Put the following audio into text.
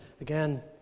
Again